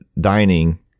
dining